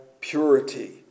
purity